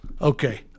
Okay